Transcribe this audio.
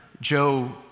Joe